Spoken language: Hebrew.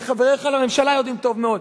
וחבריך לממשלה יודעים טוב מאוד,